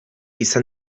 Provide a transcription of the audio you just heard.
izan